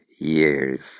years